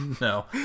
No